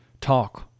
talk